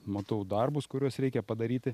matau darbus kuriuos reikia padaryti